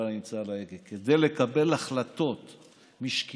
נמצא על ההגה כדי לקבל החלטות משקיות.